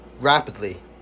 rapidly